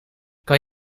kan